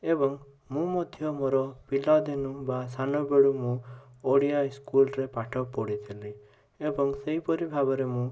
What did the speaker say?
ଏବଂ ମୁଁ ମଧ୍ୟ ମୋର ପିଲାଦିନୁ ବା ସାନବେଳୁ ମୁଁ ଓଡ଼ିଆ ସ୍କୁଲ୍ରେ ପାଠ ପଢ଼ିଥିଲି ଏବଂ ସେହିପରି ଭାବରେ ମୁଁ